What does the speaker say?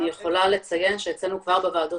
אני רוצה להמשיך לשקף האחרון.